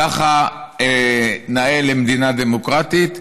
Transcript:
ככה נאה למדינה דמוקרטית.